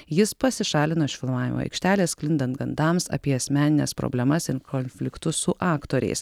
jis pasišalino iš filmavimo aikštelės sklindant gandams apie asmenines problemas konfliktus su aktoriais